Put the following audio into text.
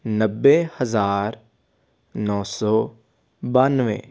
ਨੱਬੇ ਹਜ਼ਾਰ ਨੌ ਸੌ ਬੱਨਵੇ